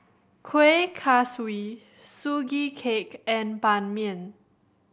Kueh Kaswi Sugee Cake and Ban Mian